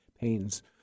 pains